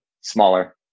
smaller